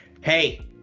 Hey